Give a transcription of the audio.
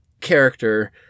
character